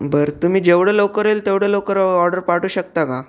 बरं तुम्ही जेवढं लवकर येईल तेवढं लवकर ऑर्डर पाठवू शकता का